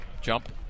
Jump